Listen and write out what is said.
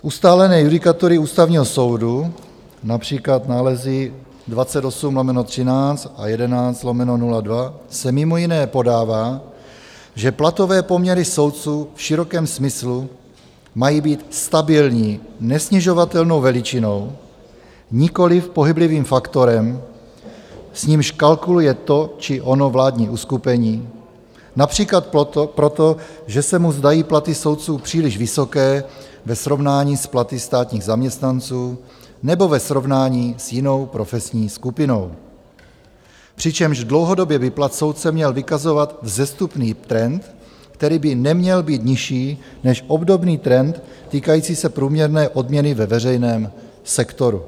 Z ustálené judikatury Ústavního soudu, například nálezy 28/13 a 11/02, se mimo jiné podává, že platové poměry soudců v širokém smyslu mají být stabilní, nesnižovatelnou veličinou, nikoliv pohyblivým faktorem, s nímž kalkuluje to či ono vládní uskupení například proto, že se mu zdají platy soudců příliš vysoké ve srovnání s platy státních zaměstnanců nebo ve srovnání s jinou profesní skupinou, přičemž dlouhodobě by plat soudce měl vykazovat vzestupný trend, který by neměl být nižší než obdobný trend týkající se průměrné odměny ve veřejném sektoru.